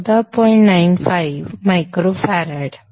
95 micro farads